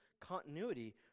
continuity